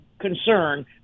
concern